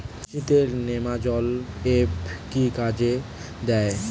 কৃষি তে নেমাজল এফ কি কাজে দেয়?